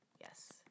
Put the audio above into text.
Yes